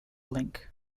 link